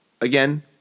again